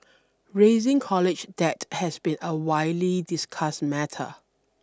rising college debt has been a widely discussed matter